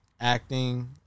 acting